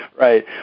right